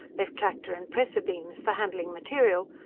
they've tractor and pressor beams for handling material.